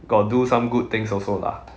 got do some good things also lah